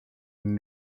and